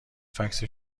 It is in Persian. فکس